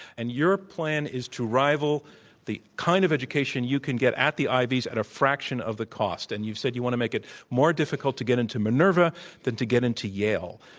and your plan is to rival the kind of education you can get at the ivies at a fraction of the cost. and you said you want to make it more difficult to get into minerva than to get into yale.